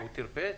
הוא טרפד?